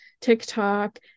TikTok